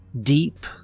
Deep